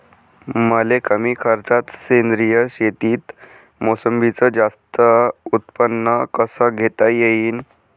मले कमी खर्चात सेंद्रीय शेतीत मोसंबीचं जास्त उत्पन्न कस घेता येईन?